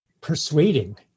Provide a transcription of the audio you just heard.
persuading